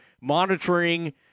monitoring